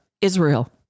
Israel